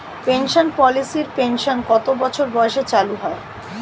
Pension পলিসির pension কত বছর বয়সে চালু হয়?